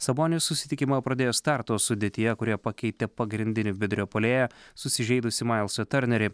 sabonis susitikimą pradėjo starto sudėtyje kurioje pakeitė pagrindinį vidurio puolėją susižeidusį mailsą tiornerį